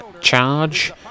charge